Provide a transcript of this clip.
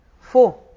four